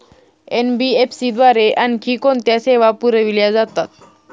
NBFC द्वारे आणखी कोणत्या सेवा पुरविल्या जातात?